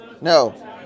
no